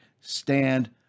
Stand